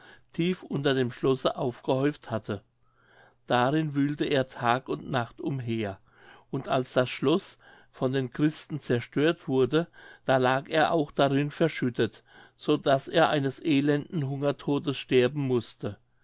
tief unter dem schlosse aufgehäuft hatte darin wühlte er tag und nacht umher und als das schloß von den christen zerstört wurde da lag er auch darin verschüttet so daß er eines elenden hungertodes sterben mußte